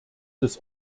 des